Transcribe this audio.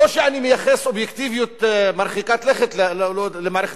לא שאני מייחס אובייקטיביות מרחיקת לכת למערכת